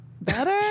better